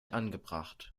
angebracht